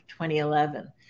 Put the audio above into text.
2011